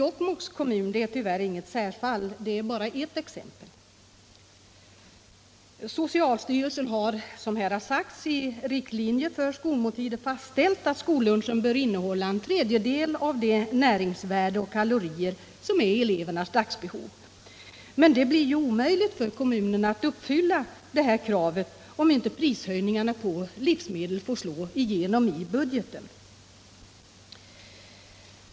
Jokkmokks kommun är tyvärr inget särfall. Det är bara ett exempel. Socialstyrelsen har, som här har sagts, i riktlinjer för skolmåltider fastställt att skollunchen vad beträffar näringsvärde och kalorier bör innehålla en tredjedel av elevernas dagsbehov. Men det blir ju omöjligt för kommunerna att uppfylla det kravet, om inte prishöjningarna på livsmedel får slå igenom i budgeten.